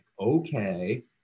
Okay